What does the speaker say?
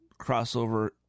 crossover